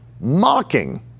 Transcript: mocking